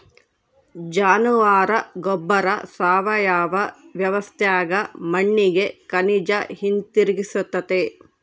ಜಾನುವಾರ ಗೊಬ್ಬರ ಸಾವಯವ ವ್ಯವಸ್ಥ್ಯಾಗ ಮಣ್ಣಿಗೆ ಖನಿಜ ಹಿಂತಿರುಗಿಸ್ತತೆ